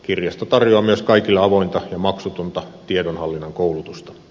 kirjasto tarjoaa myös kaikille avointa ja maksutonta tiedonhallinnan koulutusta